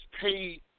paid